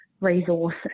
resource